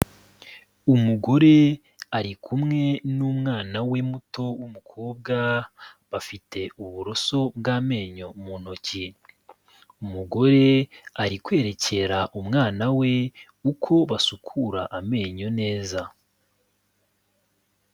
Umugore ari kumwe n'umwana we muto w'umukobwa bafite uburoso bw'amenyo mu ntoki, umugore ari kwerekera umwana we uko basukura amenyo neza.